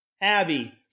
Abby